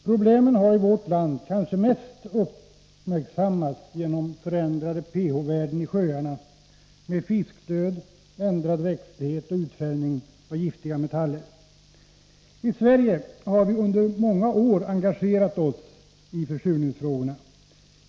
Kanske har problemen i vårt land uppmärksammats mest genom förändrade pH-värden i sjöarna med fiskdöd, ändrad växtlighet och utfällning av giftiga metaller som följd. I Sverige har vi under många år engagerat oss i försurningsfrågorna.